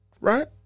Right